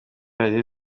radiyo